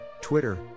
Twitter